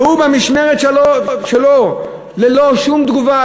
והוא, במשמרת שלו, ללא שום תגובה.